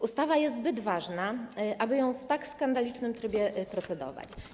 Ustawa jest zbyt ważna, aby ją w tak skandalicznym trybie procedować.